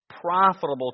profitable